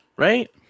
Right